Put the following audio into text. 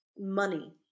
money